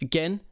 Again